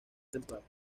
temporada